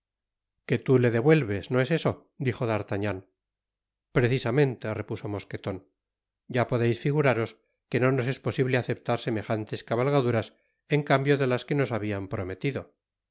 que tú le devuelves no es eso dijo d'artagnan precisamente repuso mosqueton ya podeis figuraros que no nos es posible aceptar semejantes cabalgaduras en cambio de las que nos habian prometido